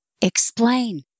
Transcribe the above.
Explain